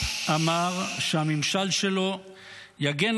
מה אתה יודע על